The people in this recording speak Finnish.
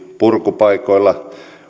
purkupaikoilla